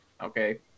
okay